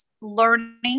learning